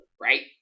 right